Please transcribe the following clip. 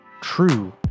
true